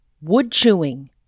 wood-chewing